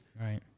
Right